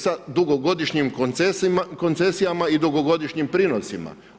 Sa dugogodišnjim koncesijama i dugogodišnjim prinosima.